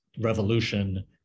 revolution